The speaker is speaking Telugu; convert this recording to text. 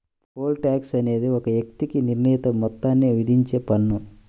పోల్ టాక్స్ అనేది ఒక వ్యక్తికి నిర్ణీత మొత్తాన్ని విధించే పన్ను